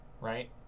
right